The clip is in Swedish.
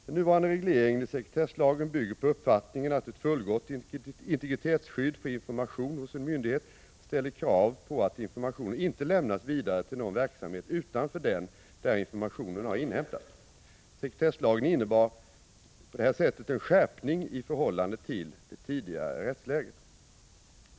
Den nuvarande regleringen i sekretesslagen bygger på uppfattningen att ett fullgott integritetsskydd för information hos en myndighet ställer krav på att informationen inte lämnas vidare till någon verksamhet utanför den där informationen har inhämtats . Sekretesslagen innebar härvidlag en skärpning i förhållande till det tidigare rättsläget.